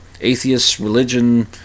atheist-religion